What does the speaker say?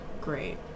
great